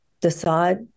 decide